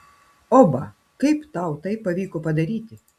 oba kaip tau tai pavyko padaryti